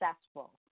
successful